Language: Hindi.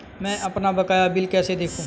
मैं अपना बकाया बिल कैसे देखूं?